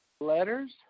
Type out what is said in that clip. letters